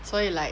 所以 like